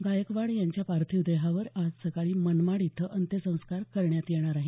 गायकवाड यांच्या पार्थिव देहावर आज सकाळी मनमाड इथं अंत्यसंस्कार करण्यात येणार आहेत